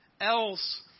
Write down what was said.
else